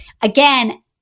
again